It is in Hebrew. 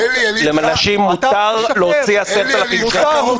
אלי --- לנשים מותר להוציא 10,000 שקלים.